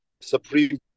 Supreme